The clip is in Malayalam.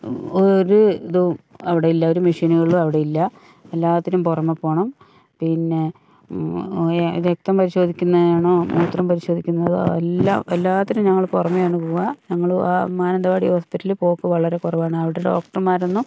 ഒര് ഇതും അവിടെയില്ല ഒരു മെഷീനുകളും അവിടെയില്ല എല്ലാത്തിനും പുറമേ പോകണം പിന്നെ രക്തം പരിശോധിക്കുന്നതാണോ മൂത്രം പരിശോധിക്കുന്നതോ എല്ലാം എല്ലാത്തിനും ഞങ്ങൾ പുറമേ ആണ് പോവുക ഞങ്ങൾ മാനന്തവാടി ഹോസ്പിറ്റലിൽ പോക്ക് വളരെ കുറവാണ് അവിടെ ഡോക്ടർമാരൊന്നും